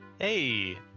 Hey